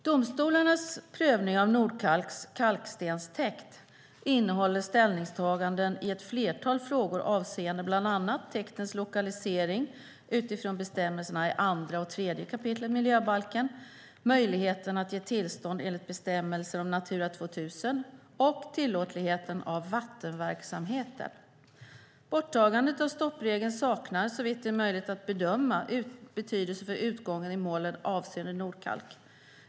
Domstolarnas prövning av Nordkalks kalkstenstäkt innehåller ställningstaganden i ett flertal frågor avseende bland annat täktens lokalisering utifrån bestämmelserna i 2 och 3 kap. miljöbalken, möjligheten att ge tillstånd enligt bestämmelserna om Natura 2000 och tillåtligheten av vattenverksamheten. Borttagandet av stoppregeln saknar, såvitt det är möjligt att bedöma, betydelse för utgången i målet avseende Nordkalk.